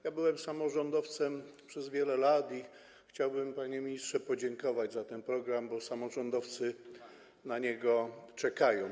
Ja byłem samorządowcem przez wiele lat i chciałbym, panie ministrze, podziękować za ten program, bo samorządowcy na niego czekają.